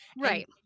Right